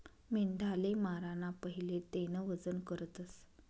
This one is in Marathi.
मेंढाले माराना पहिले तेनं वजन करतस